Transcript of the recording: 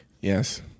Yes